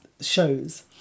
shows